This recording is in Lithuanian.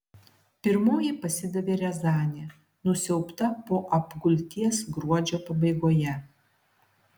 pirmoji pasidavė riazanė nusiaubta po apgulties gruodžio pabaigoje